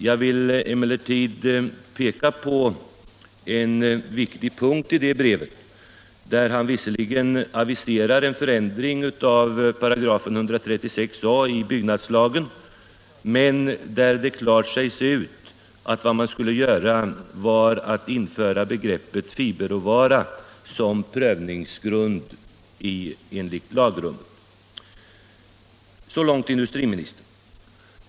Jag vill emellertid peka på en viktig punkt i det brevet, där industriministern visserligen aviserar en förändring av 136 a § i byggnadslagen men klart säger ut att vad man skulle göra var att införa begreppet fiberråvara som prövningsgrund enligt lagrummet.